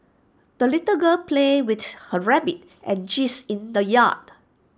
the little girl played with her rabbit and geese in the yard